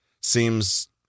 seems